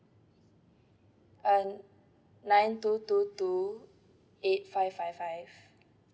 uh nine two two two eight five five five